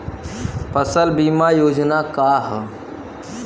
फसल बीमा योजना का ह?